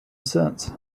since